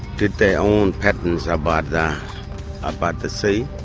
did their own patterns ah but about the sea